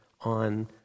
on